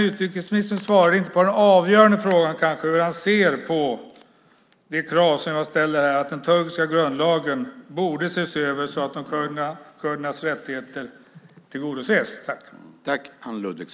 Utrikesministern svarade dock inte på den avgörande frågan om hur han ser på det krav som jag ställer på att den turkiska grundlagen borde ses över så att kurdernas rättigheter tillgodoses.